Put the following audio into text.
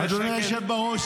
אדוני היושב בראש,